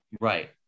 right